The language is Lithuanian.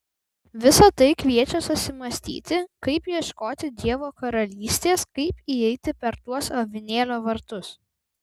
visa tai kviečia susimąstyti kaip ieškoti dievo karalystės kaip įeiti per tuos avinėlio vartus